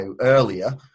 earlier